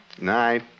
night